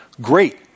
great